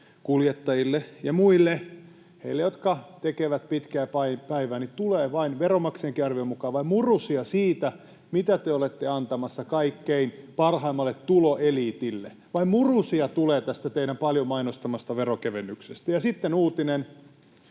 kuljettajalle ja muille, jotka tekevät pitkää päivää, tulee Veronmaksajienkin arvion mukaan vain murusia siitä, mitä te olette antamassa kaikkein parhaimmalle tuloeliitille — vain murusia tulee tästä teidän paljon mainostamastanne veronkevennyksestä. Ja sitten uutinen: